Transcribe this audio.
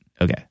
Okay